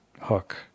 hook